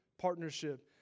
partnership